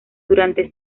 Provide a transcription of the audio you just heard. durante